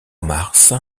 mars